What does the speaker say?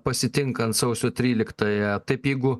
pasitinkant sausio tryliktąją taip jeigu